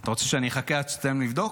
אתה רוצה שאני אחכה עד שתסיים לבדוק?